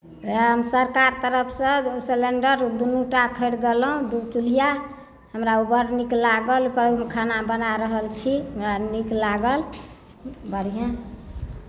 इएह हम सरकार तरफसँ सलेण्डर दुनू टा खरीदलहुँ दू चुल्हिया हमरा ओ बड्ड नीक लागल बड्ड नीक खाना बना रहल छी हमरा नीक लागल बढ़िआँ